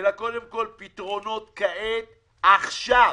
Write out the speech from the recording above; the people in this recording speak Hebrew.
אלא קודם כל פתרונות כעת, עכשיו.